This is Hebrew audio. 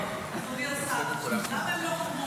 אדוני השר, בוא נחשוב למה הם לא חתמו.